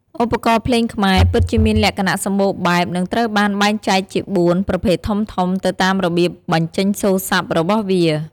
ឧបករណ៍ភ្លេងខ្មែរ ពិតជាមានលក្ខណៈសម្បូរបែប និងត្រូវបានបែងចែកជា ៤ ប្រភេទធំៗទៅតាមរបៀបបញ្ចេញសូរស័ព្ទរបស់វា។